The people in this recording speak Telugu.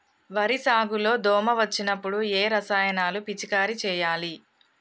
వరి సాగు లో దోమ వచ్చినప్పుడు ఏ రసాయనాలు పిచికారీ చేయాలి?